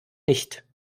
nicht